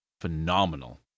phenomenal